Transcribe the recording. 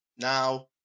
Now